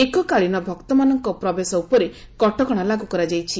ଏକକାଳୀନ ଭକ୍ତମାନଙ୍କ ପ୍ରବେଶ ଉପରେ କଟକଶା ଲାଗୁ କରାଯାଇଛି